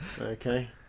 Okay